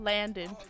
Landon